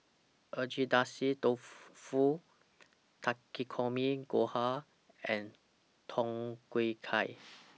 Agedashi Dofu Takikomi Gohan and Tom Kha Gai